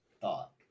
thought